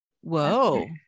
Whoa